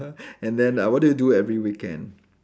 and then uh what do you do every weekend